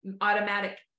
automatic